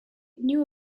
knew